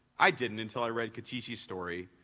i didn't until i read katishi's story,